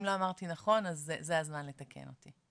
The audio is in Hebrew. אם לא אמרתי נכון, אז זה הזמן לתקן אותי.